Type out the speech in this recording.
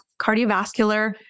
cardiovascular